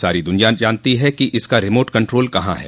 सारी दुनिया जानती है कि इसका रिमोर्ट कन्ट्रोल कहां है